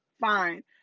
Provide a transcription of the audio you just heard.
Fine